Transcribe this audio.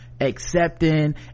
accepting